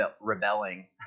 rebelling